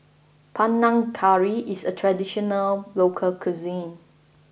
Panang Curry is a traditional local cuisine